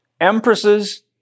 empresses